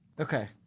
Okay